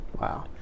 Wow